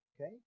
Okay